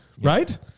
right